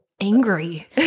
angry